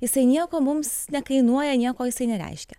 jisai nieko mums nekainuoja nieko jisai nereiškia